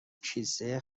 کیسه